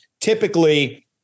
typically